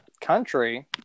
country